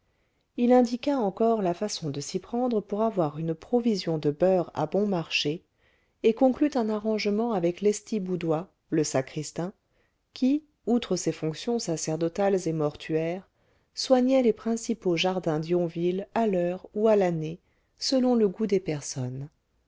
il indiqua encore la façon de s'y prendre pour avoir une provision de beurre à bon marché et conclut un arrangement avec lestiboudois le sacristain qui outre ses fonctions sacerdotales et mortuaires soignait les principaux jardins d'yonville à l'heure ou à l'année selon le goût des personnes